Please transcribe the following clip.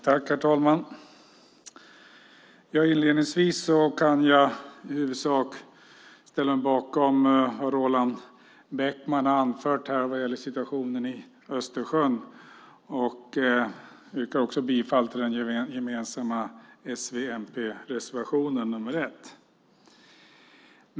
Herr talman! Inledningsvis kan jag i huvudsak ställa mig bakom vad Roland Bäckman har anfört här vad gäller situationen i Östersjön. Jag yrkar också bifall till den gemensamma s-v-mp-reservationen nr 1.